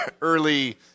early